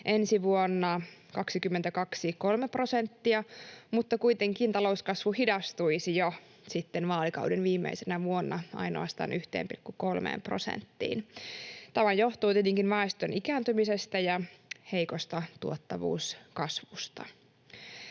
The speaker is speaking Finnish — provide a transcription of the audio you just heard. kasvaisi 3 prosenttia mutta talouskasvu kuitenkin hidastuisi jo vaalikauden viimeisenä vuonna ainoastaan 1,3 prosenttiin. Tämä johtuu tietenkin väestön ikääntymisestä ja heikosta tuottavuuskasvusta.